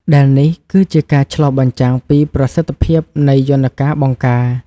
ដែលនេះគឺជាការឆ្លុះបញ្ចាំងពីប្រសិទ្ធភាពនៃយន្តការបង្ការ។